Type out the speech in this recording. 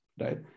right